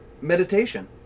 meditation